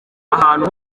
ahantu